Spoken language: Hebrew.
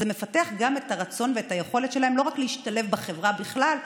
זה מפתח גם את הרצון ואת היכולת שלהן לא רק להשתלב החברה בכלל.